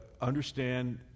understand